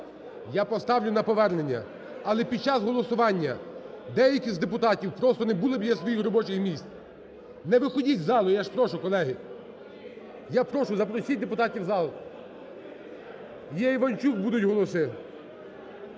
Я поставлю на повернення. Але під час голосування деякі з депутатів просто не були біля своїх робочих місць. Не виходьте з залу, я ж прошу, колеги. Я прошу, запросіть депутатів в зал. Є Іванчук, будуть голоси.